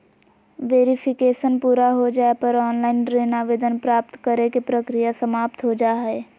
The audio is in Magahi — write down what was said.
वेरिफिकेशन पूरा हो जाय पर ऑनलाइन ऋण आवेदन प्राप्त करे के प्रक्रिया समाप्त हो जा हय